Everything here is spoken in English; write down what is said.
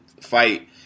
fight